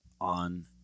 on